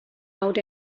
out